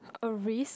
a risk